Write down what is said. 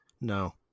No